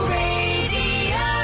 radio